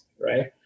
right